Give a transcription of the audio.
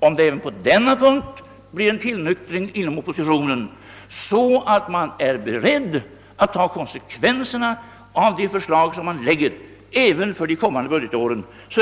Om det även på denna punkt blir en tillnyktring inom oppositionen, så att man är beredd att ta konsekvenserna av de förslag som man framlägger även för de kommande åren, har